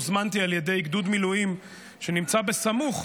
הוזמנתי על ידי גדוד מילואים שנמצא סמוך,